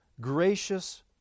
gracious